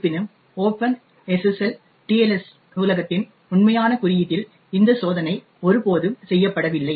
இருப்பினும் open SSL TLS நூலகத்தின் உண்மையான குறியீட்டில் இந்த சோதனை ஒருபோதும் செய்யப்படவில்லை